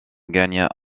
gagne